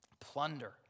plunder